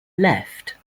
left